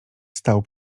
stał